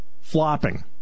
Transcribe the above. Flopping